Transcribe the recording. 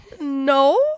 no